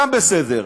גם בסדר.